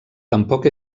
tampoc